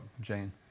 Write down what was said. Jane